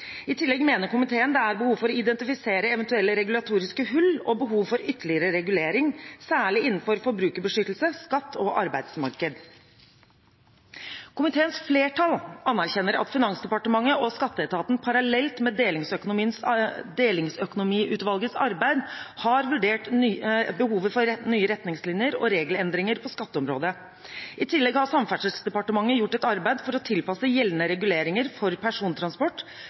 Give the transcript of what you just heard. I tillegg mener komiteen det er behov for å identifisere eventuelle regulatoriske hull og behov for ytterligere regulering, særlig innenfor forbrukerbeskyttelse, skatt og arbeidsmarked. Komiteens flertall anerkjenner at Finansdepartementet og skatteetaten parallelt med Delingsøkonomiutvalgets arbeid har vurdert behovet for nye retningslinjer og regelendringer på skatteområdet. I tillegg har Samferdselsdepartementet gjort et arbeid for å tilpasse gjeldende reguleringer for persontransport,